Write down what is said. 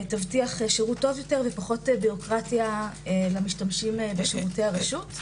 תבטיח שירות טוב יותר ופחות בירוקרטיה למשתמשים בשירותי הרשות.